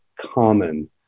common